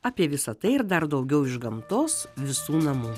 apie visa tai ir dar daugiau iš gamtos visų namų